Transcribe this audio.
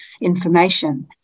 information